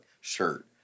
shirt